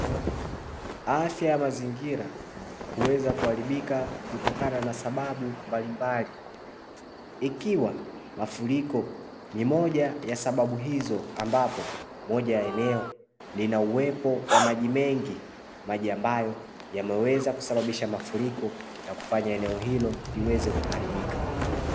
Afya ya mazingira huweza kuharibika kutokana na sababu mbalimbali, ikiwa mafuriko ni moja ya sababu hizo, ambapo moja ya eneo lina uwepo wa maji mengi maji ambayo yameweza kusababisha mafuriko na kufanya eneo hilo liweze kuharibika.